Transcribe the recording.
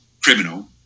criminal